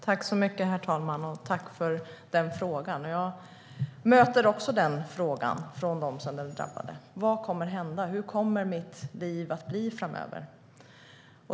Herr talman! Tack för frågan, Per Ramhorn! Jag möter också den frågan från dem som är drabbade: Vad kommer att hända? Hur kommer mitt liv att bli framöver?